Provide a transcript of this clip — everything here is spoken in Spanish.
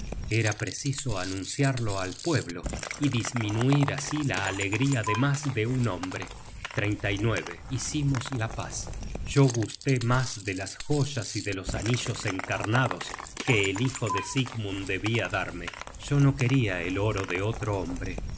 at preciso anunciarlo al pueblo y disminuir así la alegría de mas de un hombre hicimos la paz yo gusté mas de las joyas y de los anillos encarnados que el hijo de sigmund debia darme yo no queria el oro de otro hombre